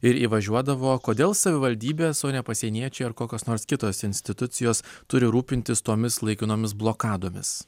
ir įvažiuodavo kodėl savivaldybės o ne pasieniečiai ar kokios nors kitos institucijos turi rūpintis tomis laikinomis blokadomis